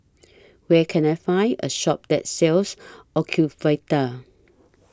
Where Can I Find A Shop that sells Ocuvite